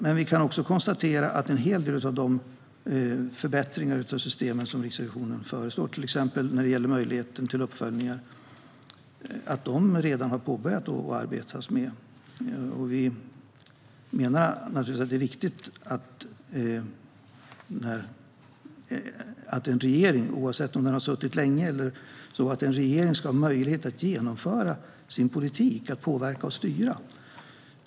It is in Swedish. Vi kan dock också konstatera att en hel del av de förbättringar av systemen som Riksrevisionen föreslår, till exempel när det gäller möjligheteten till uppföljningar, redan har påbörjats och börjat arbetas med. Vi menar att det är viktigt att en regering, oavsett om den har suttit länge eller inte, ska ha möjlighet att genomföra sin politik och att påverka och styra.